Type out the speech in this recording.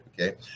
Okay